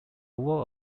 word